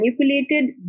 manipulated